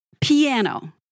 piano